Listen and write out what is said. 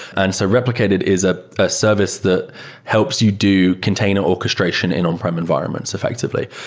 and so replicated is a ah service that helps you do container orchestration in on-prem environments effectively.